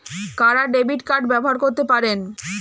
কারা debit card ব্যবহার করতে পারেন?